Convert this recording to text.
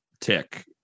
tick